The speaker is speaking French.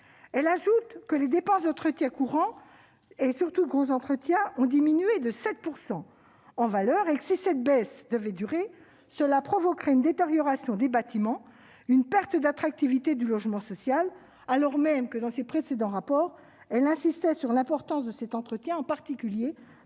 Cour ajoute que les dépenses d'entretien courant, en particulier de gros entretien, ont diminué de 7 % en valeur et que, si cette baisse devait perdurer, elle provoquerait une détérioration des bâtiments et une perte d'attractivité du logement social. Déjà, dans de précédents rapports, la Cour avait insisté sur l'importance de cet entretien, en particulier